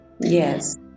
yes